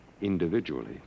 individually